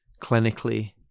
clinically